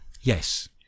Yes